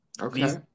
Okay